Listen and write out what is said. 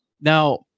now